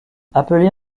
appelée